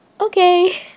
okay